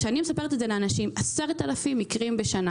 כשאני מספרת לאנשים שמדובר על 10,000 מקרים בשנה,